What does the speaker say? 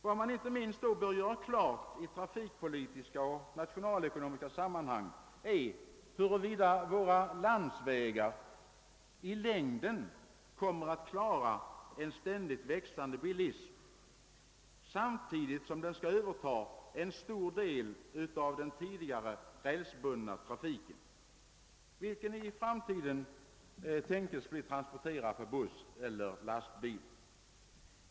Vad man i trafikekonomiska och nationalekonomiska sammanhang måste beakta är inte minst frågan om huruvida våra landsvägar i längden kommer att klara en ständigt växande bilism samtidigt med att en stor del av den tidigare rälsbundna trafiken i framtiden beräknas bli övertagen av bussar och lastbilar.